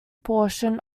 portion